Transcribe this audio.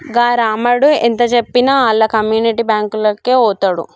గా రామడు ఎంతజెప్పినా ఆళ్ల కమ్యునిటీ బాంకులకే వోతడు